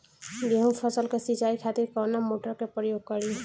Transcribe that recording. गेहूं फसल के सिंचाई खातिर कवना मोटर के प्रयोग करी?